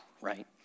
right